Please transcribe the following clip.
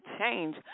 change